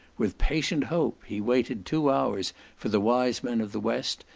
with patient hope, he waited two hours for the wise men of the west,